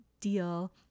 deal